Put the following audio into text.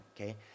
Okay